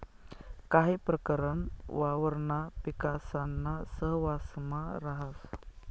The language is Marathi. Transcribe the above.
काही प्रकरण वावरणा पिकासाना सहवांसमा राहस